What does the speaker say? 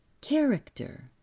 character